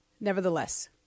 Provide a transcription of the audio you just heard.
nevertheless